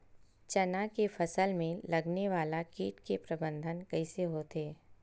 चना के फसल में लगने वाला कीट के प्रबंधन कइसे होथे?